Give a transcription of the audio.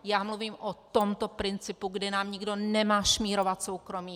Já mluvím o tomto principu, kdy nám nikdo nemá šmírovat soukromí.